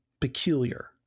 peculiar